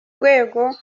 rwego